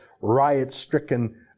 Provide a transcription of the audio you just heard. riot-stricken